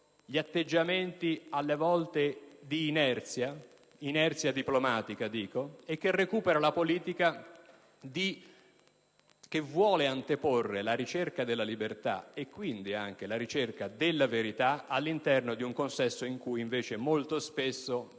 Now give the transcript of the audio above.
gli atteggiamenti di inerzia diplomatica e recupera una politica che vuole anteporre la ricerca della libertà, e quindi anche la ricerca dalla verità, all'interno di un consesso che invece molto spesso